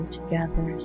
together